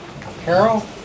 Carol